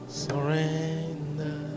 surrender